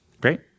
great